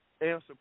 answer